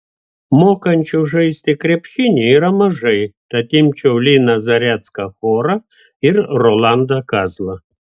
mokančių žaisti krepšinį yra mažai tad imčiau liną zarecką chorą ir rolandą kazlą